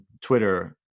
Twitter